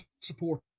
support